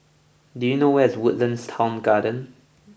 do you know where is Woodlands Town Garden